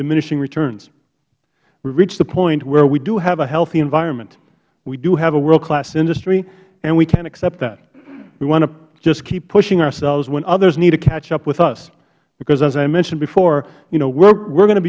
diminishing returns we have reached the point where we do have a healthy environment we do have a worldclass industry and we can't accept that we want to just keep pushing ourselves when others need to catch up with us because as i mentioned before you know we are going to